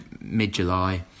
mid-July